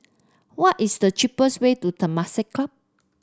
what is the cheapest way to Temasek Club